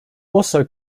also